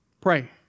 Pray